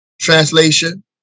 Translation